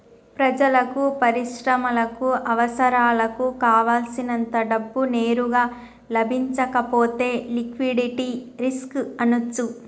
ప్రజలకు, పరిశ్రమలకు అవసరాలకు కావల్సినంత డబ్బు నేరుగా లభించకపోతే లిక్విడిటీ రిస్క్ అనొచ్చు